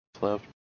left